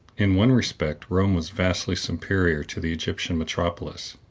in one respect, rome was vastly superior to the egyptian metropolis,